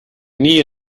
nie